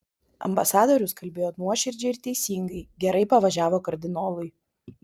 ambasadorius kalbėjo nuoširdžiai ir teisingai gerai pavažiavo kardinolui